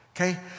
Okay